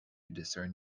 discern